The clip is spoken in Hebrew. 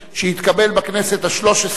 שהתקבל בכנסת השלוש-עשרה,